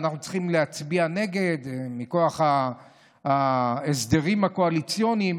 ואנחנו צריכים להצביע נגד מכוח ההסדרים הקואליציוניים,